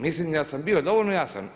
Mislim ja sam bio dovoljno jasan.